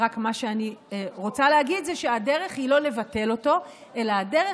רק מה שאני רוצה להגיד זה שהדרך היא לא לבטל אותו אלא הדרך